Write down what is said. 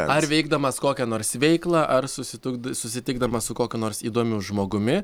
ar veikdamas kokią nors veiklą ar susituk susitikdamas su kokiu nors įdomiu žmogumi